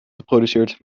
geproduceerd